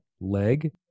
leg